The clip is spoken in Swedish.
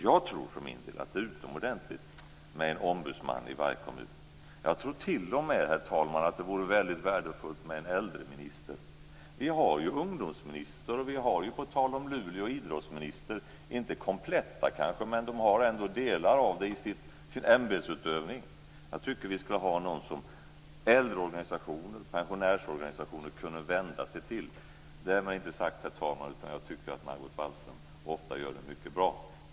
Jag tror för min del att det är utomordentligt med en ombudsman i varje kommun. Jag tror t.o.m., herr talman, att det vore väldigt värdefullt med en äldreminister. Vi har en ungdomsminister, och vi har på tal om Luleå en idrottsminister. De arbetar inte enbart med dessa saker, men det ligger ändå i deras ämbetsutövning. Jag tycker att vi skall ha någon som äldreorganisationer och pensionärsorganisationer kan vända sig till. Därmed inte sagt, herr talman, att jag inte tycker att Margit Wallström ofta gör jobbet mycket bra.